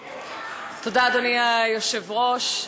תודה, אדוני היושב-ראש.